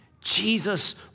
Jesus